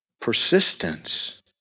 persistence